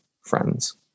friends